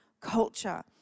culture